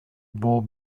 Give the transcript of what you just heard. ball